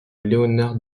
léonard